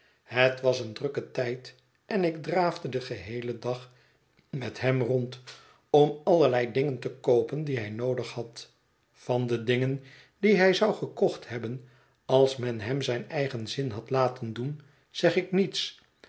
het was een drukke tijd en ik draafde den geheelen dag met hem rond om allerlei dingen te koopen die hij noodig had van de dingen die hij zou gekocht hebben als men hem zijn eigen zin had laten doen zeg ik niets